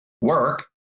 work